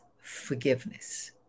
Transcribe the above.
forgiveness